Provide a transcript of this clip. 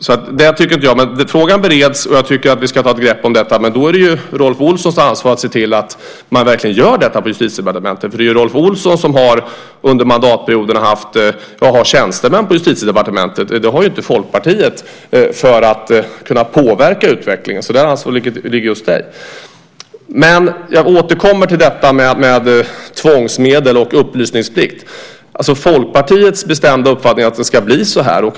Det tycker inte jag. Men frågan bereds, och jag tycker att vi ska ta ett grepp om detta. Men då är det Rolf Olssons ansvar att se till att man verkligen gör detta på Justitiedepartementet. Det är Rolf Olsson som under mandatperioden har haft tjänstemän på Justitiedepartementet. Det har inte Folkpartiet haft för att kunna påverka utvecklingen. Det ansvaret ligger hos dig. Jag återkommer till frågan om tvångsmedel och upplysningsplikt. Folkpartiets bestämda uppfattning är att det ska bli så.